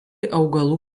augalų